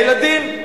הילדים,